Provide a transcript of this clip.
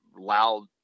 loud